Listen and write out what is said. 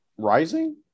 rising